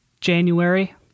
January